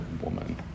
woman